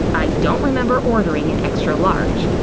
i don't remember ordering an extra large!